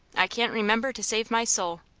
i can't remember to save my soul.